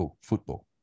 football